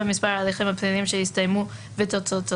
(4)מספר ההליכים הפליליים שהסתיימו ותוצאותיהם,